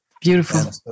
Beautiful